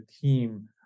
team